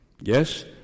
Yes